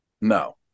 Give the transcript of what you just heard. No